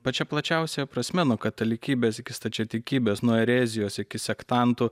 pačia plačiausia prasme nuo katalikybės iki stačiatikybės nuo erezijos iki sektantų